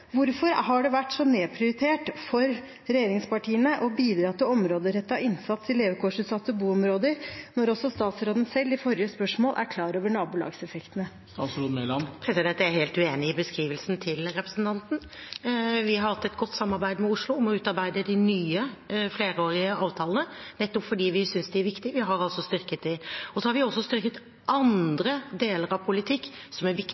Hvorfor har det vært så nedprioritert av regjeringspartiene å bidra til områderettet innsats i levekårsutsatte boområder, når statsråden selv i forrige spørsmål sa at hun er klar over nabolagseffektene? Jeg er helt uenig i beskrivelsen til representanten. Vi har hatt et godt samarbeid med Oslo om å utarbeide de nye flerårige avtalene, nettopp fordi vi synes de er viktige. Vi har altså styrket dem. Vi har også styrket andre deler av politikken som er viktig